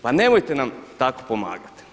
Pa nemojte nam tako pomagati.